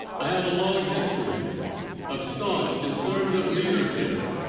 i have a long history of staunt conservative leadership.